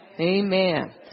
Amen